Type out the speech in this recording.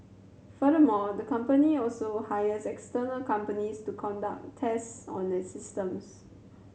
furthermore the company also hires external companies to conduct tests on its systems